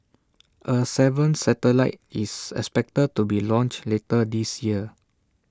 A seventh satellite is expected to be launched later this year